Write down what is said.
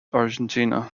argentina